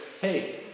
Hey